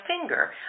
finger